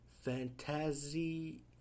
Fantasy